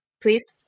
Please